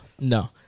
no